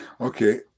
Okay